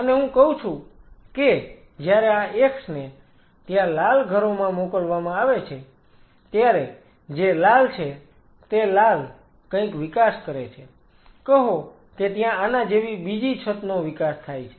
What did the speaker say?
અને હું કહું છું કે જ્યારે આ x ને ત્યાં લાલ ઘરોમાં મોકલવામાં આવે છે ત્યારે જે લાલ છે તે લાલ કંઈક વિકાસ કરે છે કહો કે ત્યાં આના જેવી બીજી છતનો વિકાસ થાય છે